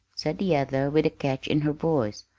said the other with a catch in her voice.